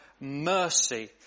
mercy